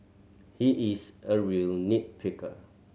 he is a real nit picker